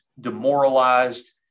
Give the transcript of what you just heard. demoralized